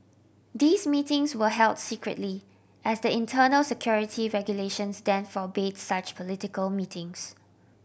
these meetings were held secretly as the internal security regulations then forbade such political meetings